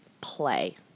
play